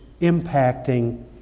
impacting